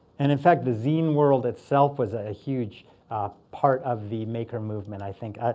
and in fact, the zine world itself was a huge part of the maker movement, i think.